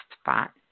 spot